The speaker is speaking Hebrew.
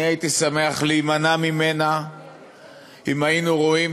הייתי שמח להימנע ממנה אם היינו רואים